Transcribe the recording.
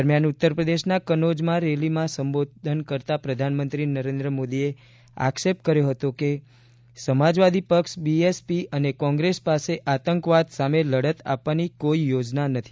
દરમ્યાન ઉત્તરપ્રદેશના કનોજમાં રેલીમાં સંબોધન કરતા પ્રધાનમંત્રી નરેન્દ્ર મોદીએ આક્ષેપ કર્યો હતો કે સમાજવાદી પક્ષ બીએસપી અને કોંગ્રેસ પાસે આતંકવાદ સામે લડત આપવાની કોઇ યોજના નથી